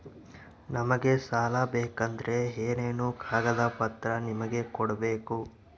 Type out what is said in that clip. ನಮಗೆ ಸಾಲ ಬೇಕಂದ್ರೆ ಏನೇನು ಕಾಗದ ಪತ್ರ ನಿಮಗೆ ಕೊಡ್ಬೇಕು?